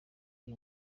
iyi